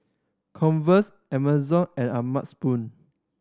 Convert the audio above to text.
Converse Amazon and O'ma Spoon